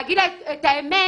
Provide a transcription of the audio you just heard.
להגיד להם את האמת,